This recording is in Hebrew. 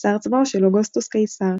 שר צבאו של אוגוסטוס קיסר,